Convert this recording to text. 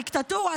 דיקטטורה,